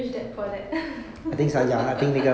rich dad poor dad